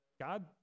God